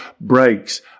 breaks